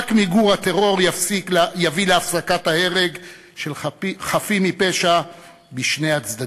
רק מיגור הטרור יביא להפסקת ההרג של חפים מפשע בשני הצדדים.